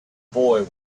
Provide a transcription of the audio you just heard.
boy